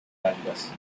algas